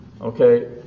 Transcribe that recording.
okay